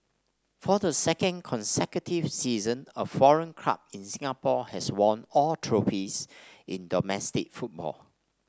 for the second consecutive season a foreign club in Singapore has won all trophies in domestic football